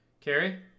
Carrie